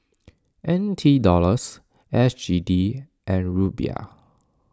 N T Dollars S G D and Ruble